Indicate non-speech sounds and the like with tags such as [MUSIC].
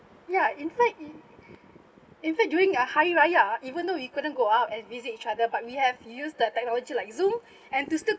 ya in fact in fact during a hari raya even though we couldn't go out and visit each other but we have used the technology like Zoom [BREATH] and to still